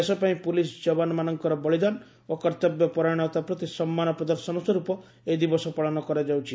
ଦେଶ ପାଇଁ ପୋଲିସ ଯବାନମାନଙ୍କର ବଳିଦାନ ଓ କର୍ତ୍ତବ୍ୟପରାୟଣତା ପ୍ରତି ସମ୍ମାନ ପ୍ରଦର୍ଶନ ସ୍ପର୍ପ ଏହି ଦିବସ ପାଳନ କରାଯାଉଛି